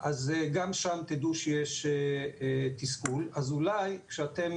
למה שקורה באותו שלב בביה"ח וזה בלי קשר לאותו